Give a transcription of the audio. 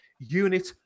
Unit